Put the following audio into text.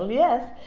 yes,